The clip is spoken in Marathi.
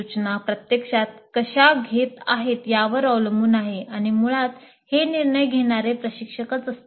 सूचना प्रत्यक्षात कशा घेत आहेत यावर अवलंबून आहे आणि मुळात हे निर्णय घेणारे प्रशिक्षकच असतात